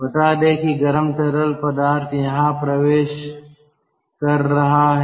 बता दें कि गर्म तरल पदार्थ यहाँ प्रवेश कर रहा है